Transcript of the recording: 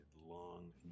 long